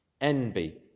envy